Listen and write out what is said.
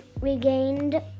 regained